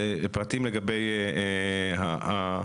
פרטים לגבי הטיסה,